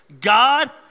God